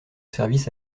service